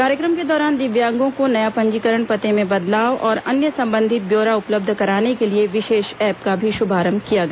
कार्यक्रम के दौरान दिव्यांगों को नया पंजीकरण पते में बदलाव और अन्य संबंधित ब्यौरा उपलब्ध कराने के लिए विशेष ऐप का भी शुभारंभ किया गया